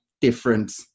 different